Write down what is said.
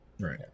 right